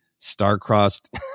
Star-crossed